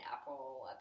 apple